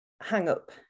hang-up